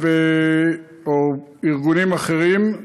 או ארגונים אחרים.